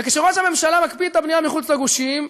וכשראש הממשלה מקפיא את הבנייה מחוץ לגושים,